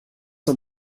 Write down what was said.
zur